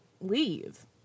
leave